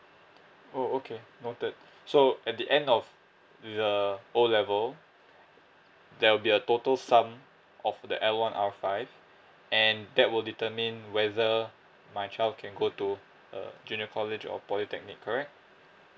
oh okay noted so at the end the O level there will be a total sum of the L one R five and that will determine whether my child can go to err junior college or polytechnic correct